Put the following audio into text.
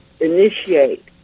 initiate